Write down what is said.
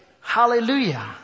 Hallelujah